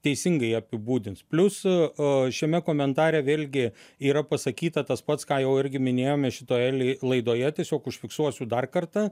teisingai apibūdins plius šiame komentare vėlgi yra pasakyta tas pats ką jau irgi minėjome šitoje li laidoje tiesiog užfiksuosiu dar kartą